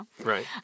right